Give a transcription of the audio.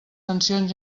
tensions